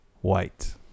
white